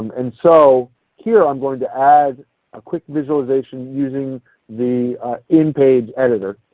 and so here i am going to add a quick visualization using the in page editor.